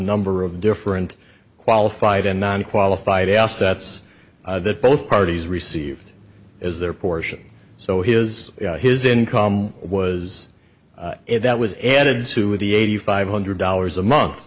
number of different qualified and non qualified assets that both parties received as their portion so his his income was that was added to the eighty five hundred dollars a month